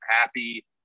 happy